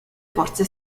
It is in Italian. forze